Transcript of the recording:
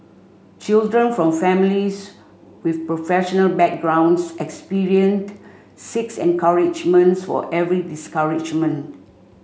children from families with professional backgrounds experienced six encouragements for every discouragement